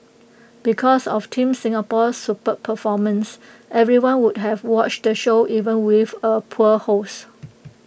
because of team Singapore's superb performances everyone would have watched the show even with A poor host